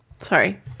Sorry